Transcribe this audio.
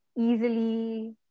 easily